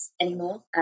anymore